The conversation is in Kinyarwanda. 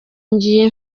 ngiye